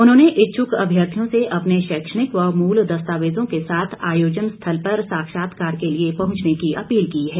उन्होंने इच्छुक अभ्यर्थियों से अपने शैक्षणिक व मूल दस्तावेजों के साथ आयोजन स्थल पर साक्षात्कार के लिए पहुंचने की अपील की है